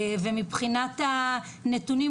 מבחינת הנתונים,